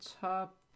top